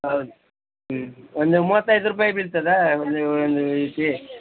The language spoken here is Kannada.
ಹೌದು ಹ್ಞೂ ಒಂದು ಮೂವತ್ತೈದು ರೂಪಾಯಿ ಬೀಳ್ತದಾ ಒಂದು ಒಂದು ಇಡ್ಲಿ